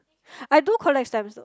I do collect stamps though